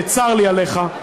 צר לי עליך,